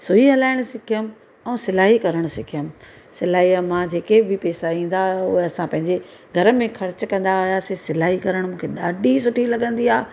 सुई हलाइण सिखियमि ऐं सिलाई करणु सिखियमि सिलाईअ मां जेके बि पैसा ईंदा हुआ असां पंहिंजे घर में ख़र्चु कंदा हुआसीं सिलाई करणु मूंखे ॾाढी सुठी लॻंदी आहे